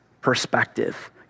perspective